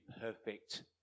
perfect